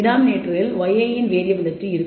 denominator yi இன் variability